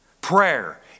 Prayer